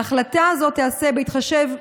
ההחלטה הזאת תיעשה בהתחשב,